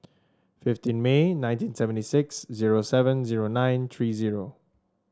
fifteen May nineteen seventy six zero seven zero nine three zero